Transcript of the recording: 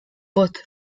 butt